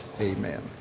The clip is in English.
Amen